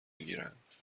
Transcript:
میگیرند